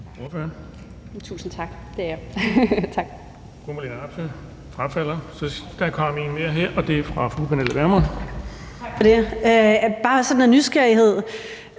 (DF): Tusind tak. Det er jeg. Tak.